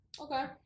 Okay